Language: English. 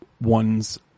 one's